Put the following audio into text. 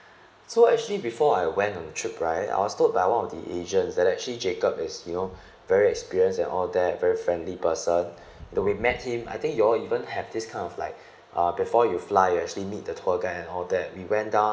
so actually before I went on the trip right I was told by one of the agents that actually jacob is you know very experienced and all that very friendly person you know we met him I think you all even have this kind of like uh before you fly you actually meet the tour guide and all that we went down